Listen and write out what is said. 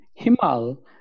Himal